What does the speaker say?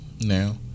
Now